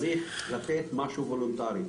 צריך לתת משהו וולונטרי.